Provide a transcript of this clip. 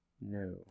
No